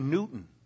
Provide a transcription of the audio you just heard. Newton